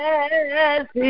Yes